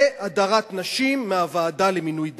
והדרת נשים מהוועדה למינוי דיינים.